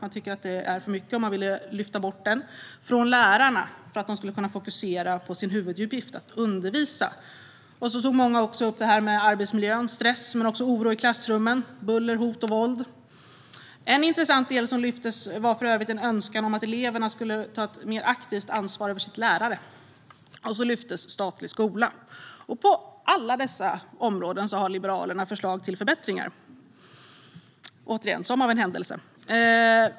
De tyckte att det var för mycket och ville lyfta bort den från lärarna så att dessa kan fokusera på huvuduppgiften att undervisa. Många tog upp arbetsmiljön med stress och oro i klassrummen där det förekommer buller, hot och våld. En intressant del som lyftes upp var för övrigt en önskan om att eleverna skulle ta ett mer aktivt ansvar över sitt lärande. Även en statlig skola lyftes fram. På alla dessa områden har Liberalerna förslag till förbättringar - återigen som av en händelse.